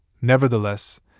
Nevertheless